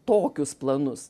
tokius planus